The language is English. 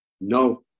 No